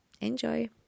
Enjoy